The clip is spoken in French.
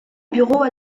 bureau